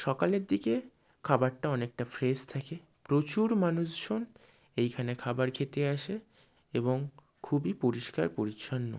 সকালের দিকে খাবারটা অনেকটা ফ্রেশ থাকে প্রচুর মানুষজন এইখানে খাবার খেতে আসে এবং খুবই পরিষ্কার পরিচ্ছন্ন